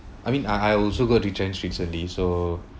I mean I I also got retrenched recently so